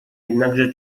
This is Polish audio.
jednakże